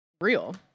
Real